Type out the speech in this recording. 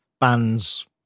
bands